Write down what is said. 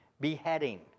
beheading